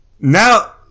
Now